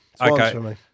Okay